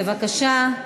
בבקשה.